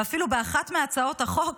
ואפילו באחת מהצעות החוק